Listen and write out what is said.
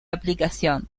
aplicación